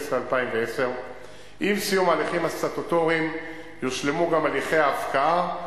בדצמבר 2010. עם סיום ההליכים הסטטוטוריים יושלמו גם הליכי ההפקעה,